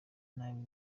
nabi